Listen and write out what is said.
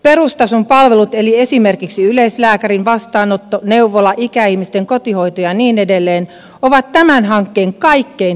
perustason palvelut eli esimerkiksi yleislääkärin vastaanotto neuvola ikäihmisten kotihoito ja niin edelleen ovat tämän hankkeen kaikkein tärkein osa